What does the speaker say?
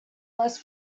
less